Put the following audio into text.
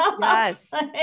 Yes